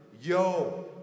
Yo